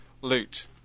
loot